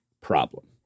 problem